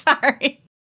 sorry